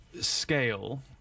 scale